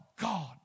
God